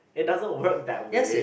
it doesn't work that way